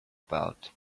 about